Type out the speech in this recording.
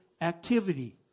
activity